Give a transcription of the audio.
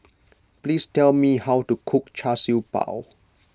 please tell me how to cook Char Siew Bao